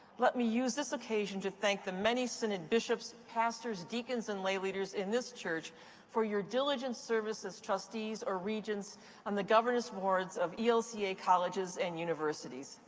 let me use this occasion to thank the many synod bishops, pastors, deacons and lay leaders in this church for your diligent service as trustees or regents on the governance boards of elca colleges and universities.